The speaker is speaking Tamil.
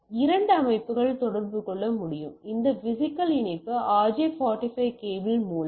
எனவே இரண்டு அமைப்பு தொடர்பு கொள்ள முடியும் இந்த பிசிக்கல் இணைப்பு RJ45 கேபிள் மூலம்